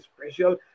special